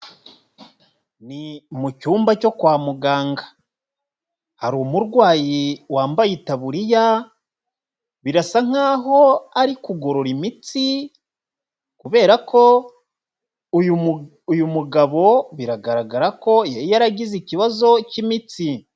Ni mucmba cyo kwa muganga, hari umurwayi wambaye itaburiya birasa nkaho ari kugorora imitsi, kubera ko uyu mugabo biragaragara ko yaragize ikibazo cy'imitsi.